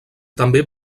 també